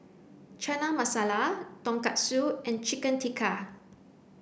Chana Masala Tonkatsu and Chicken Tikka